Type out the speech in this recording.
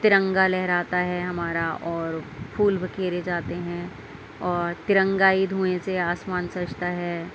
ترنگا لہراتا ہے ہمارا اور پھول بکھیرے جاتے ہیں اور ترنگائی دھوئیں سے آسمان سجتا ہے